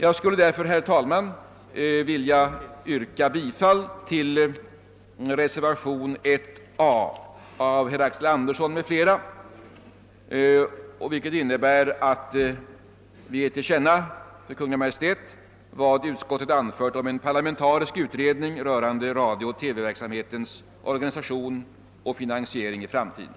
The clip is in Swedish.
Jag yrkar därför bifall till reservationen 1 a av herr Axel Andersson m.fl. i vilken vi önskar ge »Kungl. Maj:t till känna vad utskottet anfört om en parlamentarisk utredning rörande radiooch TV-verksamhetens organisation och finansiering i framtiden».